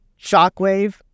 Shockwave